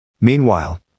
Meanwhile